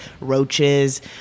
roaches